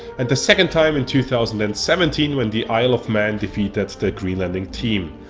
and the second time in two thousand and seventeen when the isle of man defeated the greenlandic team.